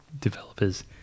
developers